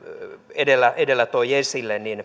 edellä edellä toi esille niin